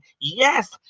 Yes